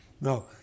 No